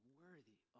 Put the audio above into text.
worthy